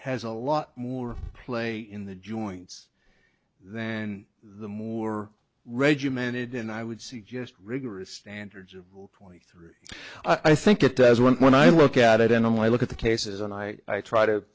has a lot more play in the joints than the more regimented and i would suggest rigorous standards of twenty three i think it does one when i look at it and only look at the cases and i try to